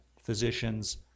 physicians